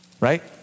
Right